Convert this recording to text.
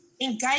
engage